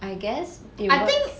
I guess they work